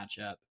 matchup